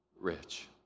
rich